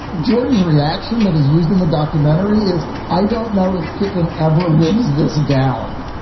jordan's reaction that is used in the documentary is i don't know if pippen ever lives this down.